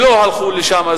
שלא הלכו לשם,